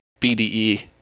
BDE